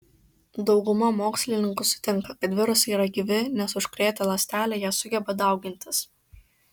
dauguma mokslininkų sutinka kad virusai yra gyvi nes užkrėtę ląstelę jie sugeba daugintis